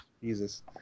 Jesus